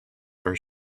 are